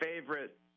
favorite